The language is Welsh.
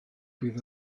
bydd